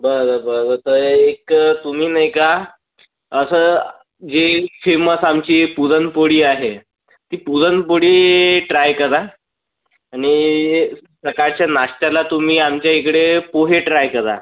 बरं बरं तर एक तुम्ही नाही का असा जे फेमस आमची पुरणपोळी आहे ती पुरणपोळी ट्राय करा आणि सकाळच्या नाष्ट्याला तुम्ही आमचा इकडे पोहे ट्राय करा